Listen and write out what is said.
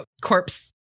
corpse